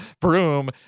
Broom